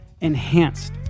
enhanced